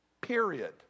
period